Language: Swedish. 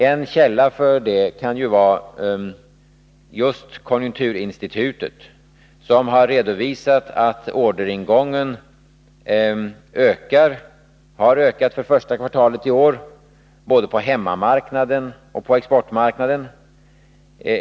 En källa som man här kan hänvisa till är konjunkturinstitutet, som har redovisat att orderingången har ökat för första kvartalet i år både på hemmamarknaden och på exportmarknaden.